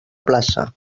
plaça